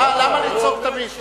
למה תמיד לצעוק?